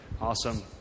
Awesome